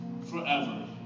forever